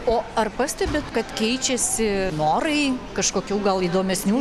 o ar pastebit kad keičiasi norai kažkokių gal įdomesnių